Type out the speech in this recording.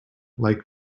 like